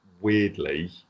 weirdly